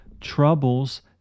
troubles